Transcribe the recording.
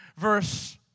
verse